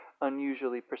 unusually